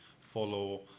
follow